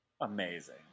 Amazing